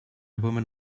women